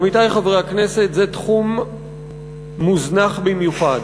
עמיתי חברי הכנסת, זה תחום מוזנח במיוחד.